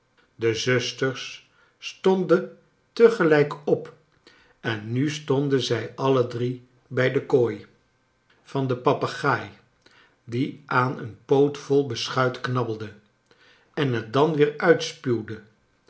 de zuster s stonden te gelijk op en nu stonden zij alle drie bij de kooi van den papegaai die aan een pootvol beschuit knabbelde en het dan weer